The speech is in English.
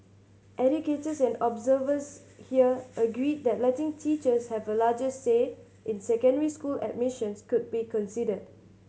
educators and observers here agreed that letting teachers have a larger say in secondary school admissions could be considered